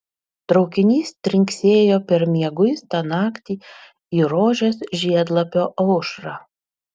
traukinys trinksėjo per mieguistą naktį į rožės žiedlapio aušrą